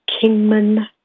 Kingman